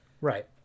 right